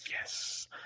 yes